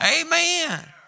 Amen